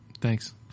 Thanks